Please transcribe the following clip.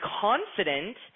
confident